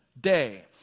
day